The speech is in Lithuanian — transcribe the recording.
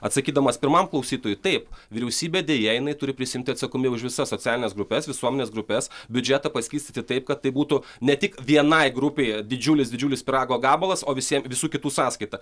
atsakydamas pirmam klausytojui taip vyriausybė deja jinai turi prisiimti atsakomybę už visas socialines grupes visuomenės grupes biudžetą paskirstyti taip kad tai būtų ne tik vienai grupei didžiulis didžiulis pyrago gabalas o visie visų kitų sąskaita